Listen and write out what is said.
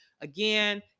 again